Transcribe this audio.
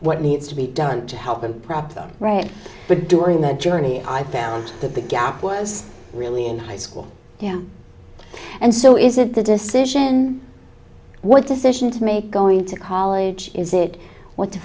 what needs to be done to help and prop them right but during the journey i found that the gap was really in high school yeah and so is it the decision what decision to make going to college is it what t